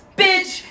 bitch